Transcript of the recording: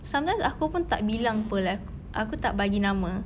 sometimes aku tak bilang apa like aku aku tak bagi nama